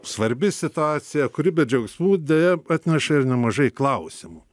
svarbi situacija kuri be džiaugsmų deja atneša ir nemažai klausimų